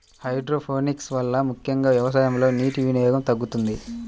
hydroponics వలన ముఖ్యంగా వ్యవసాయంలో నీటి వినియోగం తగ్గుతుంది